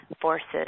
forces